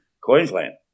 Queensland